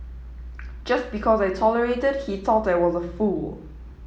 just because I tolerated he thought I was a fool